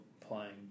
playing